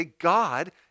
God